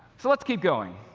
so, let's keep going.